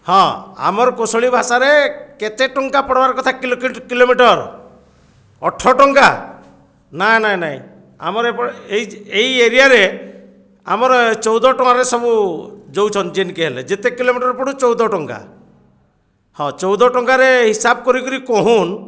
ହଁ ଆମର କୌଶଳୀ ଭାଷାରେ କେତେ ଟଙ୍କା ପଡ଼୍ବାର୍ କଥା କିଲୋମିଟର ଅଠର ଟଙ୍କା ନାଇଁ ନାଇଁ ନାଇଁ ଆମର ଏ ପ ଏଇ ଏଇ ଏରିଆରେ ଆମର ଚଉଦ ଟଙ୍କାରେ ସବୁ ଯଉଛନ୍ତି ଯେନ୍କି ହେଲେ ଯେତେ କିଲୋମିଟର ପଡ଼ୁ ଚଉଦ ଟଙ୍କା ହଁ ଚଉଦ ଟଙ୍କାରେ ହିସାବ କରିକିରି କହୁନ୍